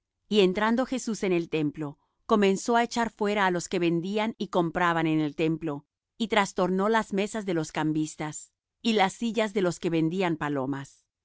y entrando jesús en el templo comenzó á echar fuera á los que vendían y compraban en el templo y trastornó las mesas de los cambistas y las sillas de los que vendían palomas